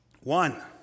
One